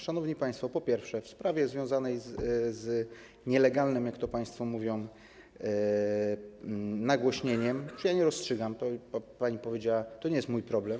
Szanowni państwo, po pierwsze, w sprawie związanej z nielegalnym, jak to państwo mówią, nagłośnieniem, ja nie rozstrzygam, to pani powiedziała, to nie jest mój problem.